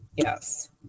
Yes